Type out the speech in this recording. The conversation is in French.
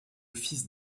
fils